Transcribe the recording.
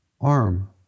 arm